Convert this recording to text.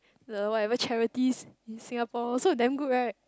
the whatever charities in Singapore also damn good right